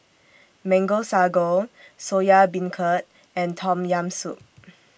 Mango Sago Soya Beancurd and Tom Yam Soup